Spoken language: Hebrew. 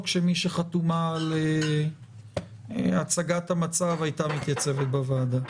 שמי חתומה על הצגת המצב הייתה מתייצבת בוועדה.